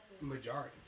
majority